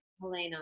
Helena